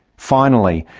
finally,